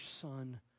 Son